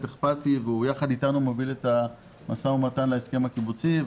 אכפתי ויחד איתנו הוא מוביל את המשא ומתן על ההסכם הקיבוצי,